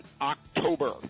October